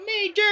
Major